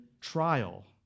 trial